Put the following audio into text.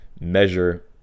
measure